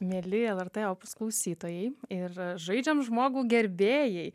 mieli lrt opus klausytojai ir žaidžiam žmogų gerbėjai